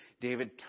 David